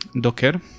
docker